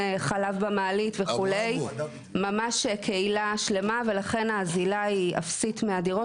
אז אולי קצת חשיבה לראות איך לתת להם כדי שנגיע למצב לא ישבו פה.